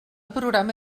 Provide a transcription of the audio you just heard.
programa